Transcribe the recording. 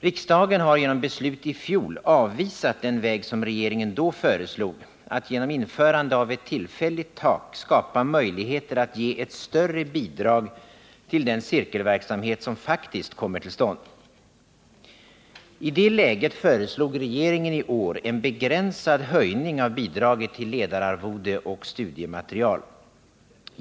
Riksdagen har genom beslut i fjol avvisat den väg som regeringen då föreslog: att genom införande av ett tillfälligt tak skapa möjligheter att ge ett större bidrag till den cirkelverksamhet som faktiskt kommer till stånd. I det läget har regeringen i år föreslagit en begränsad höjning av bidraget till ledararvode och studiematerial.